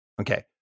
Okay